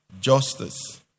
justice